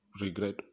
regret